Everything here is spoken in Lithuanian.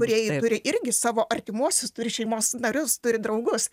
kūrėjai turi irgi savo artimuosius turi šeimos narius turi draugus